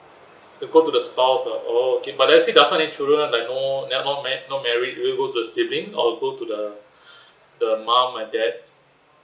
it'll go to the spouse ah oh okay but let's say does not have any children like no not marr~ not married will it go to the siblings or go to the the mum and dad